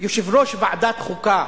יושב-ראש ועדת חוקה